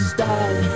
die